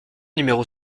numéro